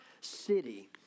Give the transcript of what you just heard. city